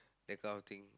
that kind of thing